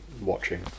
watching